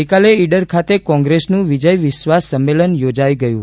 ગઇકાલે ઇડર ખાતે કોંગ્રેસનું વિજય વિશ્વાસ સંમેલન યોજાયું